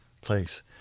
place